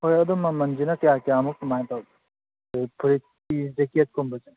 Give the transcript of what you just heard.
ꯍꯣꯏ ꯑꯗꯨ ꯃꯃꯜꯁꯤꯅ ꯀꯌꯥ ꯀꯌꯥꯃꯨꯛ ꯀꯃꯥꯏ ꯇꯧꯒꯦ ꯑꯗꯩ ꯐꯨꯔꯤꯠꯀꯤ ꯖꯦꯀꯦꯠꯀꯨꯝꯕꯁꯦ